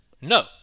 No